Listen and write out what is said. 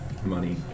Money